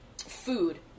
Food